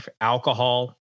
alcohol